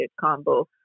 combo